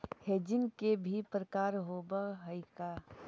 Hedging के भी प्रकार होवअ हई का?